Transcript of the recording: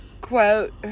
quote